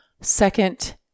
Second